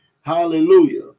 Hallelujah